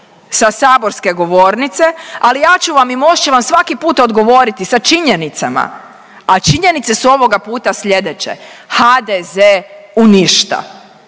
sa saborske govornice, ali ja ću vam i MOST će vam svaki puta odgovoriti sa činjenicama, a činjenice su ovoga puta sljedeće: HDZ uništa.